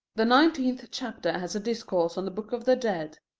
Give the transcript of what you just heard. the nineteenth chapter has a discourse on the book of the dead.